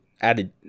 added